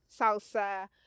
salsa